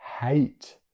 hate